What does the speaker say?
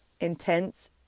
intense